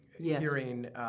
hearing